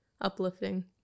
uplifting